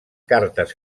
cartes